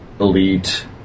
elite